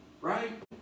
right